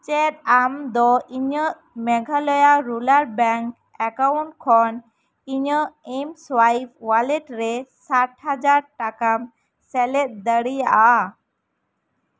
ᱪᱮᱫ ᱟᱢᱫᱚ ᱤᱧᱟ ᱜ ᱢᱮᱜᱷᱟᱞᱚᱭᱟ ᱨᱩᱞᱟᱨ ᱵᱮᱝᱠ ᱮᱠᱟᱣᱩᱱᱴ ᱠᱷᱚᱱ ᱤᱧᱟ ᱜ ᱮᱢ ᱥᱚᱣᱟᱭᱤᱯ ᱳᱣᱟᱞᱮᱴ ᱨᱮ ᱥᱟᱴ ᱦᱟᱡᱟᱨ ᱴᱟᱠᱟᱢ ᱥᱮᱞᱮᱫ ᱫᱟᱲᱮᱭᱟᱜᱼᱟ